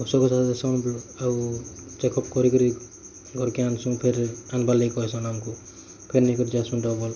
ଉଷ ଦେସନ୍ ଆଉ ଚେକଫ କରି କିରି ଘର କେ ଆନ୍ସୁ ଫେରେ ଆନ୍ବାର୍ ଲାଗି କହେସନ୍ ଆମକୁ ଫେନ ନେଇକରି ଯାଇସୁ ଡବଲ୍